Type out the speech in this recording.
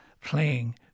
playing